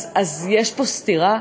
אז יש פה סתירה?